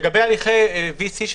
לגבי הליכי VC,